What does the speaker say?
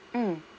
mm